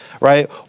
right